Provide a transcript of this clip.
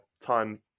time